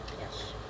Yes